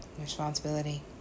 Responsibility